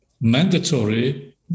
mandatory